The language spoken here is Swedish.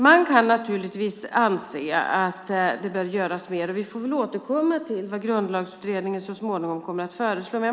Man kan naturligtvis anse att det bör göras mer, och vi får väl återkomma till vad Grundlagsutredningen så småningom föreslår.